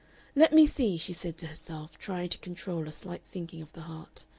let me see, she said to herself, trying to control a slight sinking of the heart,